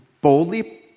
boldly